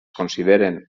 consideren